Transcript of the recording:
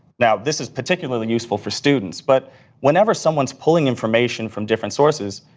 now, this is particularly useful for students. but whenever someone's pulling information from different sources,